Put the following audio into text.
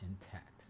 intact